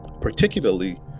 particularly